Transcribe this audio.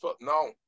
No